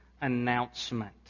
announcement